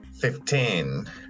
Fifteen